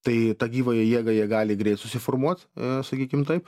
tai tą gyvąją jėgą jie gali greit susiformuot a sakykim taip